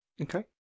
Okay